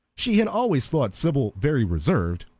she had always thought sybil very reserved,